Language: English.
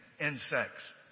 insects